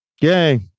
Yay